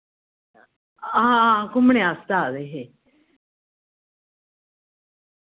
हां घुम्मने आस्तै आए दे हे